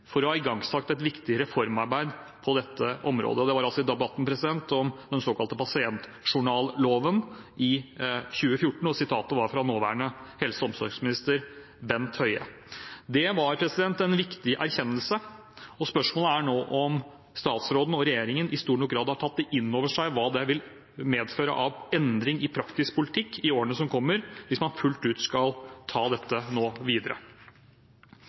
for å ha igangsatt et viktig reformarbeid på dette området.» Det var i debatten om den såkalte pasientjournalloven i 2014, og sitatet var altså fra nåværende helse- og omsorgsminister Bent Høie. Det var en viktig erkjennelse, og spørsmålet er nå om statsråden og regjeringen i stor nok grad har tatt inn over seg hva det vil medføre av endring i praktisk politikk i årene som kommer, hvis man nå skal ta dette videre